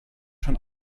schon